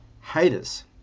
haters